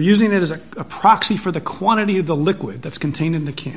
using that as a proxy for the quantity of the liquid that's contained in the q